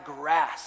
grass